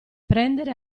prendere